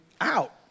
out